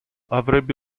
avrebbe